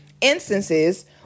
instances